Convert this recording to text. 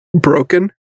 broken